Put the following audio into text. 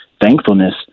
thankfulness